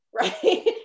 Right